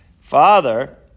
father